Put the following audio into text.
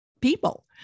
people